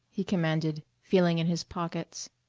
he commanded, feeling in his pockets.